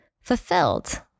fulfilled